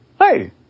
Hey